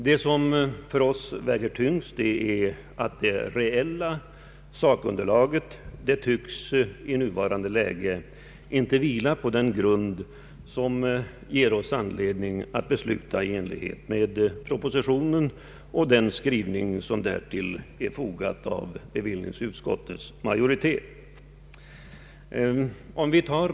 Det som för oss väger tyngst är att det reella sakunderlaget i nuvarande läge inte tycks vila på den grund som ger oss anledning att besluta i enlighet med propositionen och den skrivning som utskottets majoritet står för.